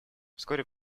вскоре